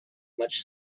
much